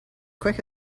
quick